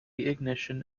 ignition